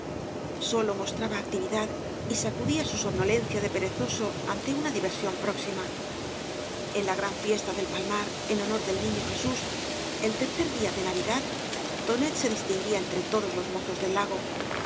sólo mostraba actividad y sacudía su somnolencia de perezoso ante una diversión próxima en la gran fiesta del palmar en honor del niño jesús el tercer día de navidad tonet se distinguía entre todos los mozos del lago